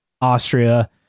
Austria